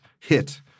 hit